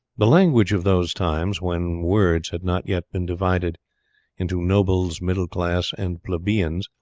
the language of those times, when words had not yet been divided into nobles middle-class, and plebeians,